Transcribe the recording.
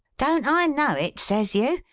don't i know it, says you?